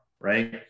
Right